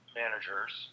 managers